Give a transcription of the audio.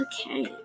Okay